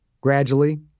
Gradually